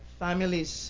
families